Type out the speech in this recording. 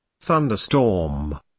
Thunderstorm